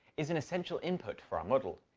is an essential input for our model,